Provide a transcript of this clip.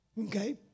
Okay